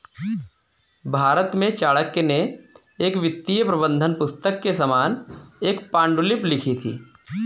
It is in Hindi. भारत में चाणक्य ने एक वित्तीय प्रबंधन पुस्तक के समान एक पांडुलिपि लिखी थी